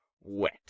wet